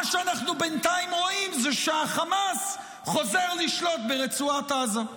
מה שאנחנו בינתיים רואים זה שחמאס חוזר לשלוט ברצועת עזה.